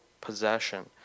possession